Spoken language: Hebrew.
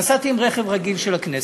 נסעתי עם רכב רגיל של הכנסת.